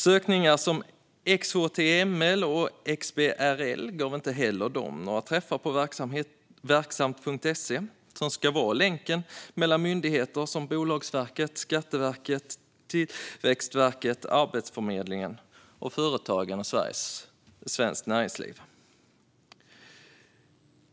Sökningar som "XHTML" och "XBRL" gav inte heller de några träffar på verksamt.se som ska vara länken mellan myndigheter som Bolagsverket, Skatteverket, Tillväxtverket, Arbetsförmedlingen och företag och svenskt näringsliv.